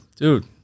dude